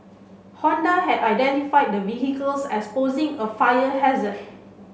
Honda had identified the vehicles as posing a fire hazard